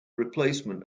replacement